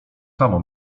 samo